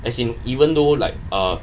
as in even though like err